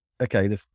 okay